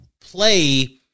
play